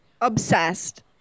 Obsessed